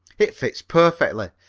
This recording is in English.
it fits perfectly,